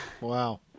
Wow